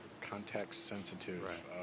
context-sensitive